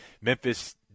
Memphis